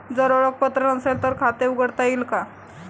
जर ओळखपत्र नसेल तर खाते उघडता येईल का?